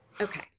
Okay